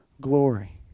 glory